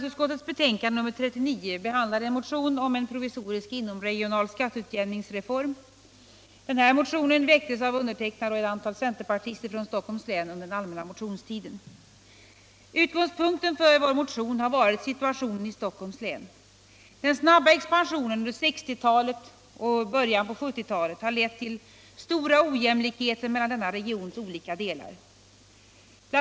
Utgångspunkten för vår motion har varit situationen i Stockholms län. Den snabba expansionen under 1960-talet och början av 1970-twalet har lett till stora ojämlikheter mellan denna regions skilda delar. BL.